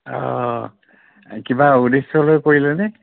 অঁ কিবা উদেশ্যলৈ কৰিলেনে